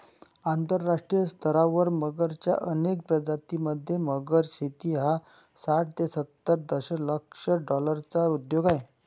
आंतरराष्ट्रीय स्तरावर मगरच्या अनेक प्रजातीं मध्ये, मगर शेती हा साठ ते सत्तर दशलक्ष डॉलर्सचा उद्योग आहे